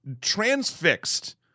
transfixed